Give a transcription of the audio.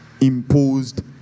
imposed